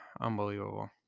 unbelievable